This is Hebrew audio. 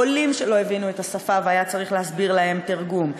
עולים שלא הבינו את השפה והיה צריך להסביר להם עם תרגום,